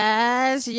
Yes